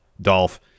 Dolph